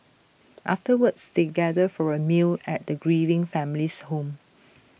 afterwards they gather for A meal at the grieving family's home